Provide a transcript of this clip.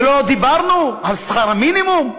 ולא דיברנו על שכר המינימום,